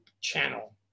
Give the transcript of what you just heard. channel